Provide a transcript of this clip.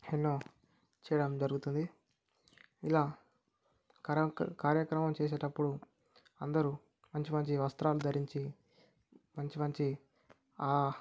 ఎన్నో చేయడం జరుగుతుంది ఇలా కార్య కార్యక్రమం చేసేటప్పుడు అందరూ మంచి మంచి వస్త్రాలు ధరించి మంచి మంచి